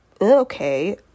okay